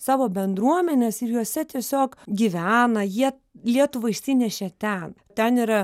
savo bendruomenes ir juose tiesiog gyvena jie lietuvą išsinešė ten ten yra